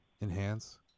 enhance